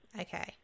Okay